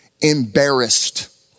embarrassed